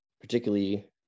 particularly